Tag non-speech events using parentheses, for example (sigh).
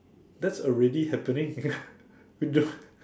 that's already happening (laughs) with the